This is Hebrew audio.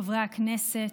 חברי הכנסת,